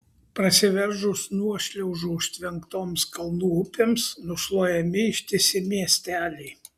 prasiveržus nuošliaužų užtvenktoms kalnų upėms nušluojami ištisi miesteliai